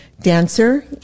dancer